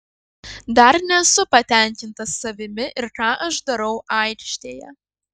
dar nesu patenkintas savimi ir ką aš darau aikštėje